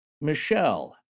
Michelle